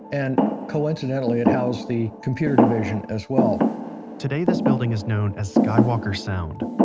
and coincidentally it housed the computer division as well today this building is known as skywalker sound.